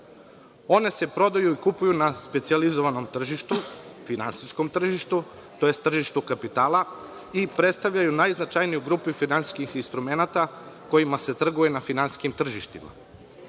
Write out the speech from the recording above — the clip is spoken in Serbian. One se prodaju i kupuju na specijalizovanom tržištu, finansijskom tržištu tj. tržištu kapitala i predstavljaju najznačajniju grupu finansijskih instrumenata kojima se trguje na finansijskim tržištima. Hartije